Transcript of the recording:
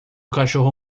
cachorro